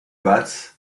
batz